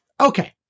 Okay